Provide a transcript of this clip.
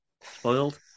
Spoiled